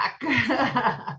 back